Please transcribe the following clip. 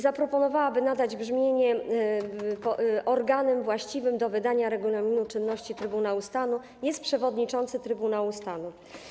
Zaproponowała, by nadać mu brzmienie: organem właściwym do wydania regulaminu czynności Trybunału Stanu jest przewodniczący Trybunału Stanu.